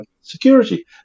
security